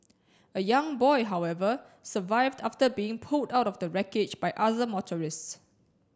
a young boy however survived after being pulled out of the wreckage by other motorists